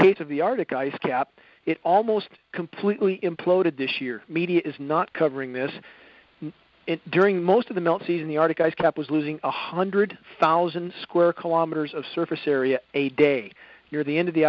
case of the arctic ice cap it almost completely imploded this year media is not covering this and during most of the milk season the arctic ice cap was losing one hundred thousand square kilometers of surface area a day near the end of the